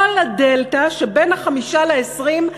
כל הדלתא שבין ה-5 ל-20,